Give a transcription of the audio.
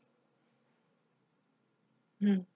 mm